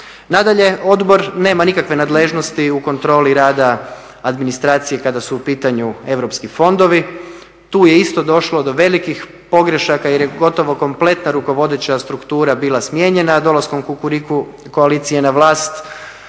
Nadalje, odbor nema nikakve nadležnosti u kontroli rada administracije kada su u pitanju europski fondovi. Tu je isto došlo do velikih pogrešaka jer je gotovo kompletna rukovodeća struktura bila smijenjena dolaskom Kukuriku koalicije na vlast,